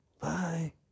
Bye